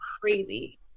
crazy